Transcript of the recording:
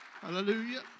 Hallelujah